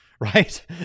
right